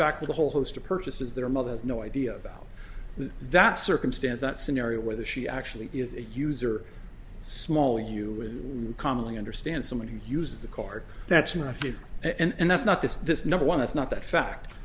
back with a whole host of purchases their mother has no idea about that circumstance that scenario whether she actually is a user small you know commonly understand someone who uses the card that's not good and that's not this this number one that's not that fact